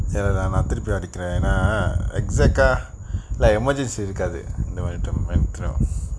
வேணா திருப்பி அருக்குறேன்:vena thirupi arukuren exact ah like emergency இருக்காது இந்த மாறி:irukaathu intha maari no I don't I don't